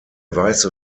weiße